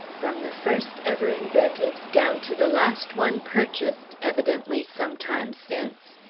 from the first ever invented down to the last one purchased evidently some time since.